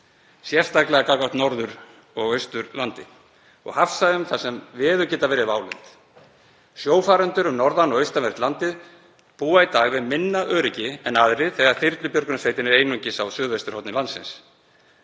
sérstaklega gagnvart Norður- og Austurlandi og hafsvæðum þar sem veður geta verið válynd. Sjófarendur um norðan- og austanvert landið búa í dag við minna öryggi en aðrir þegar þyrlubjörgunarsveitin er einungis á suðvesturhorni landsins.